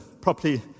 properly